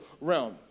realm